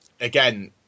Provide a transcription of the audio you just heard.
again